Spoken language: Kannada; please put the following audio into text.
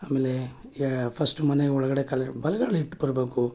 ಆಮೇಲೆ ಏ ಫಸ್ಟ್ ಮನೆ ಒಳಗಡೆ ಕಾಲು ಬಲ್ಗಾಲು ಇಟ್ಟು ಬರ್ಬೇಕು